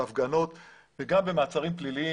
בהפגנות וגם במעצרים פליליים,